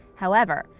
however,